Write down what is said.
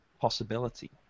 possibility